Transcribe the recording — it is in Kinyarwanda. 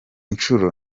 nshuro